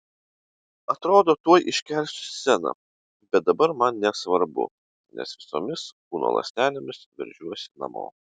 atrodo tuoj iškelsiu sceną bet dabar man nesvarbu nes visomis kūno ląstelėmis veržiuosi namo